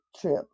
trip